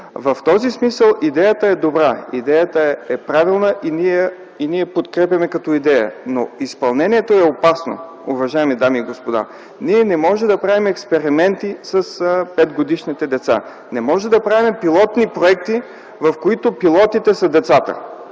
В този смисъл идеята е добра, идеята е правилна и ние я подкрепяме. Но изпълнението е опасно, уважаеми дами и господа. Ние не можем да правим експерименти с петгодишните деца. Не можем да правим пилотни проекти, в които пилотите са децата.